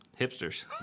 Hipsters